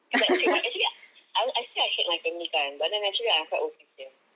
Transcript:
it's like okay but actually I I said I hate my family kan but then actually I'm quite okay with them